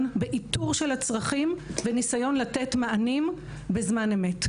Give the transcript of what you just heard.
באיתור של הצרכים וניסיון לתת מענים בזמן אמת.